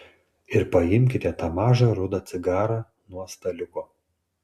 ir paimkite tą mažą rudą cigarą nuo staliuko